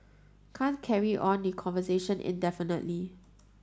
can't carry on the conversation indefinitely